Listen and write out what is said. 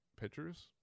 pitchers